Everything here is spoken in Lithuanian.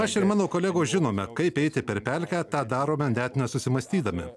aš ir mano kolegos žinome kaip eiti per pelkę tą darome net nesusimąstydami